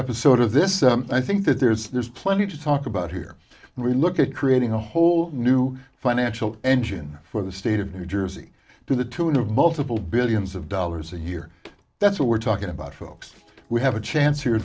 episode of this i think that there's there's plenty to talk about here and we look at creating a whole new financial engine for the state of new jersey to the tune of multiple billions of dollars a year that's what we're talking about folks we have a chance here